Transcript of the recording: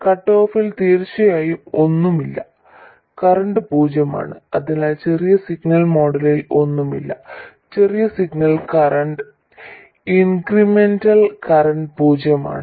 cut ഓഫിൽ തീർച്ചയായും ഒന്നുമില്ല കറന്റ് പൂജ്യമാണ് അതിനാൽ ചെറിയ സിഗ്നൽ മോഡലിൽ ഒന്നുമില്ല ചെറിയ സിഗ്നൽ കറന്റ് ഇൻക്രിമെന്റൽ കറന്റ് പൂജ്യമാണ്